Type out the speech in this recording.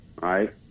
right